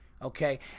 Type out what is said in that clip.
Okay